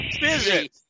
busy